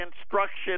instruction